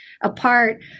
apart